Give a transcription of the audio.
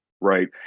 right